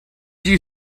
you